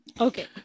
Okay